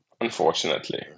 unfortunately